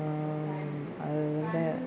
അതിൻ്റെ